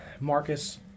Marcus